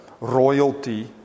royalty